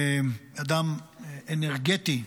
אדם אנרגטי,